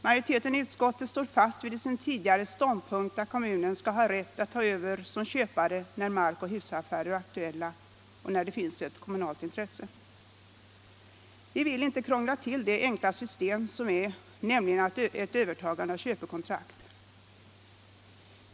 Majoriteten i utskottet står fast vid sin tidigare ståndpunkt att kommunen skall ha rätt att tå över som köpare när markoch husaffärer är aktuella och när det finns ett kommunalt intresse. Vi vill inte krångla till det enkla system som gäller, nämligen ett övertagande av köpekontrakt.